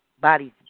bodies